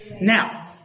Now